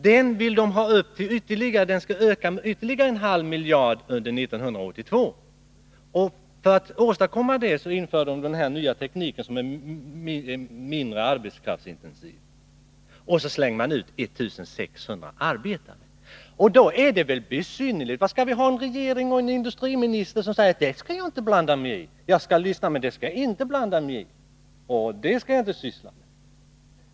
Den vill de utöka med ytterligare en halv miljard under 1982. För att åstadkomma detta inför man den nya tekniken, som är mindre arbetskraftsintensiv, och slänger ut 1600 arbetare. Vad skall vi ha en industriminister till som säger: Det skall jag inte blanda mig i. Jag skall lyssna, men jag skall inte lägga mig i det.